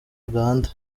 uganda